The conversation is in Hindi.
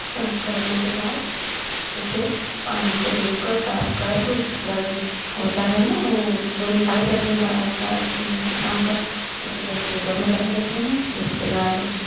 साफ करने के बाद उसे पानी से धोकर साफ करके उसे पूरा जो होता है ना वो जो निकाले रहते हैं शाम का उसे जाकर वो घर में डाल देते हैं फिर उसके बाद